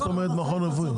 מה זאת אומרת מכון רפואי?